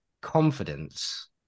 confidence